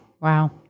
Wow